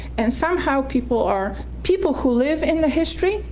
and somehow people are people who live in the history,